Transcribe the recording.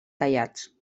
tallats